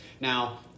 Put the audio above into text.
Now